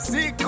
See